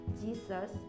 Jesus